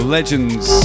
Legends